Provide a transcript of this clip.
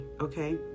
okay